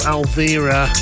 Alvira